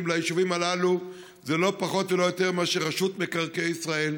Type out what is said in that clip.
ליישובים הללו זה לא פחות ולא יותר מאשר רשות מקרקעי ישראל,